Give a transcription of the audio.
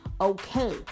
Okay